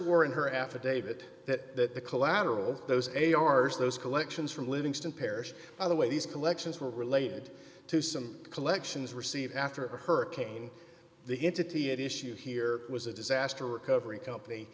swore in her affidavit that the collateral those a r s those collections from livingston parish by the way these collections were related to some collections received after a hurricane the into t it issue here was a disaster recovery company